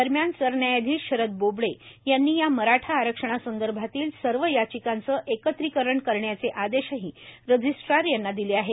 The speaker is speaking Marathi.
दरम्यान सरन्यायाधीश शरद बोबडे यांनी या मराठा आरक्षणासंदर्भातील सर्व याचिकांचे एकत्रिकरण करण्याचे आदेशही रजिस्ट्रार यांनी दिले आहेत